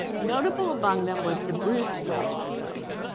notable among them was the bruce telescope.